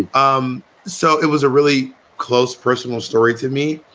um so it was a really close personal story to me.